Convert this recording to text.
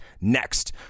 Next